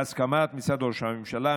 בהסכמת משרד ראש הממשלה,